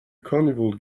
carnival